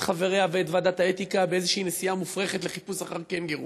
את חבריה ואת ועדת האתיקה באיזושהי נסיעה מופרכת לחיפוש אחר קנגורו.